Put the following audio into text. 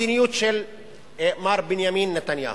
המדיניות של מר בנימין נתניהו.